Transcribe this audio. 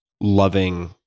loving